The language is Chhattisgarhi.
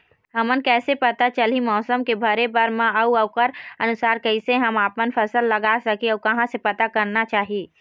हमन कैसे पता चलही मौसम के भरे बर मा अउ ओकर अनुसार कैसे हम आपमन फसल लगा सकही अउ कहां से पता करना चाही?